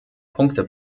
punkte